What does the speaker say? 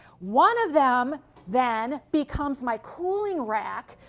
one of them then becomes my cooling rack,